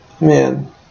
Man